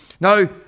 Now